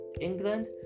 England